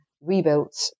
rebuilt